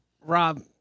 Rob